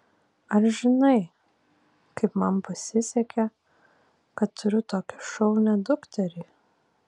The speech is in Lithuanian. ar žinai kaip man pasisekė kad turiu tokią šaunią dukterį